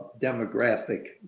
demographic